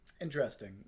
Interesting